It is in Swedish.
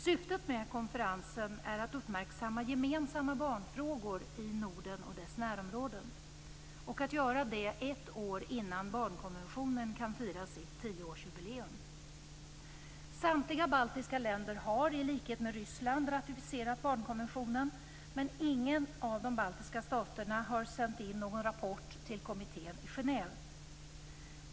Syftet med konferensen är att uppmärksamma gemensamma barnfrågor i Norden och dess närområden ett år innan barnkonventionen kan fira sitt tioårsjubileum. Samtliga baltiska länder har i likhet med Ryssland ratificerat barnkonventionen, men ingen av de baltiska staterna har sänt in någon rapport till kommittén i Genève.